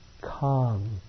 calm